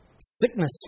sickness